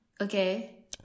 okay